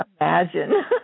imagine